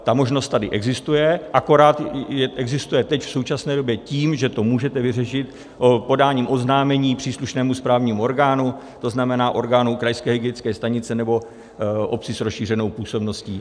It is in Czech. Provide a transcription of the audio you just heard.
Ta možnost tady existuje, akorát existuje teď v současné době tím, že to můžete vyřešit podáním oznámení příslušnému správnímu orgánu, to znamená orgánu krajské hygienické stanice nebo obci s rozšířenou působností.